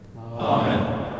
Amen